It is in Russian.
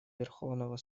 верховного